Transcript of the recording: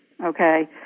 okay